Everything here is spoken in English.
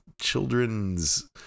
children's